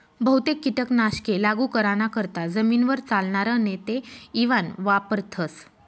बहुतेक कीटक नाशके लागू कराना करता जमीनवर चालनार नेते इवान वापरथस